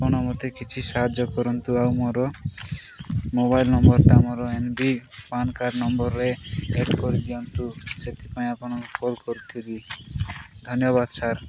ଆପଣ ମୋତେ କିଛି ସାହାଯ୍ୟ କରନ୍ତୁ ଆଉ ମୋର ମୋବାଇଲ ନମ୍ବରଟା ମୋର ଏନବି ପାନ୍ କାର୍ଡ଼ ନମ୍ବରରେ ଏଡ୍ କରିଦିଅନ୍ତୁ ସେଥିପାଇଁ ଆପଣଙ୍କୁ କଲ୍ କରିଥିଲି ଧନ୍ୟବାଦ ସାର୍